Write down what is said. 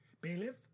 Bailiff